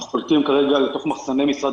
אנחנו קולטים כרגע לתוך מחסני משרד